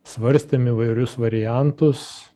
svarstėm įvairius variantus